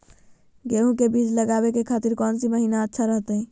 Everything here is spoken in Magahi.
गेहूं के बीज लगावे के खातिर कौन महीना अच्छा रहतय?